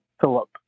Philip